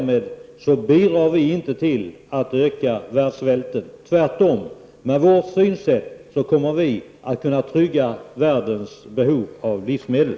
Men vi bidrar inte till att öka världssvälten. Tvärtom. Med vårt synsätt kommer vi att kunna trygga världens behov av livsmedel.